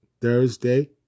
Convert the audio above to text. Thursday